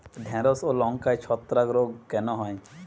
ঢ্যেড়স ও লঙ্কায় ছত্রাক রোগ কেন হয়?